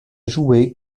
joué